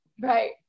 Right